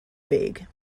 vague